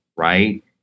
right